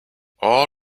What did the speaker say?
all